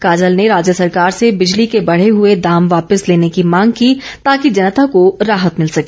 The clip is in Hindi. काजल ने राज्य सरकार से बिजली के बढ़े हुए दाम वापिस लेने की मांग की ताकि जनता को राहत मिल सके